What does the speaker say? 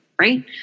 right